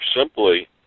simply